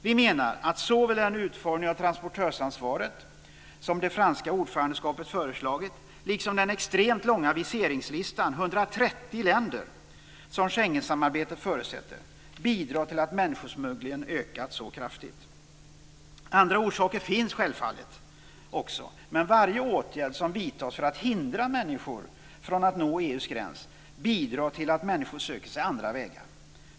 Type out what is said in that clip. Vi menar att såväl den utformning av transportörsansvaret som det franska ordförandeskapet har föreslagit som den extremt långa viseringslistan - 130 länder - som Schengensamarbetet förutsätter bidrar till att människosmugglingen har ökat så kraftigt. Andra orsaker finns självfallet också, men varje åtgärd som vidtas för att hindra människor från att nå EU:s gräns bidrar till att människor söker sig andra vägar.